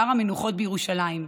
בהר המנוחות בירושלים,